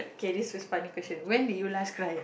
K this was funny question when did you last cry